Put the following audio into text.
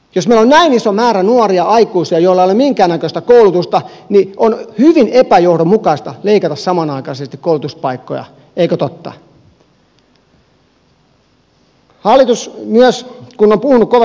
jos meillä on näin iso määrä nuoria aikuisia joilla ei ole minkäännäköistä koulutusta niin on hyvin epäjohdonmukaista leikata samanaikaisesti koulutuspaikkoja eikö totta